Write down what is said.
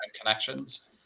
connections